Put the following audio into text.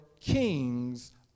kings